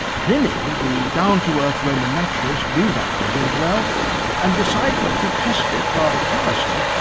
pliny, the down-to-earth roman naturalist, knew that legend well and decided to test it, rather callously,